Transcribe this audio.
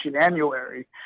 January